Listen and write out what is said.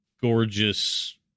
gorgeous